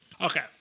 Okay